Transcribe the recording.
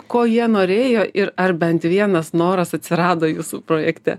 ko jie norėjo ir ar bent vienas noras atsirado jūsų projekte